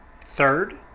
Third